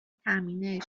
تأمین